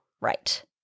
Right